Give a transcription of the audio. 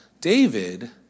David